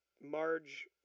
Marge